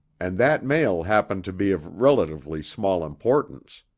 and that mail happened to be of relatively small importance.